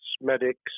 medics